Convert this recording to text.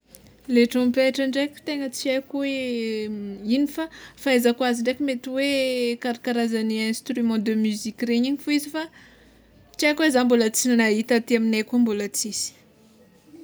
Le trompetra ndraiky tegna tsy aiko hoe ino fa fahaizako azy ndraiky mety hoe karakarazany instrument de musique regny fô izy fa tsy aiko hoe za mbola tsy nahita aty aminay koa mbola tsisy.